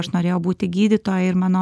aš norėjau būti gydytoja ir mano